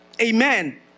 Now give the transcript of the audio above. Amen